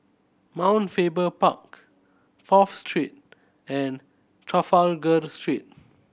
Mount Faber Park Fourth Street and Trafalgar Street